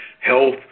health